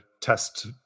test